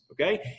okay